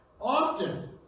often